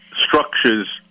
structures